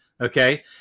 Okay